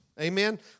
amen